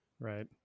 Right